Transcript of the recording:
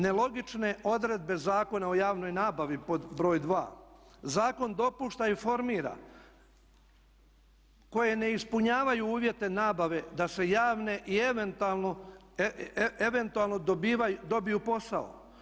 Nelogične odredbe Zakona o javnoj nabavi pod broj 2. Zakon dopušta i formira koje ne ispunjavaju uvjete nabave da se javne i eventualno dobiju posao.